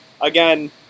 again